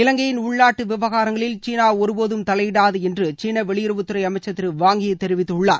இலங்கையின் உள்நாட்டு விவகாரங்களில் சீனா ஒருபோதும் தலையிடாது என்று சீன வெளியுறவுத் துறை அமைச்சர் திரு வாங் யீ தெரிவித்திருக்கிறார்